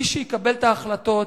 מי שיקבל את ההחלטות